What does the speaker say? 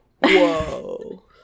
whoa